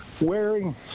wearing